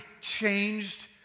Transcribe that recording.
changed